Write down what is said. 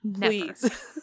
Please